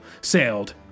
sailed